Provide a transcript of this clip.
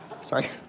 Sorry